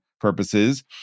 purposes